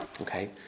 Okay